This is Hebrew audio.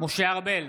משה ארבל,